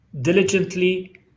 diligently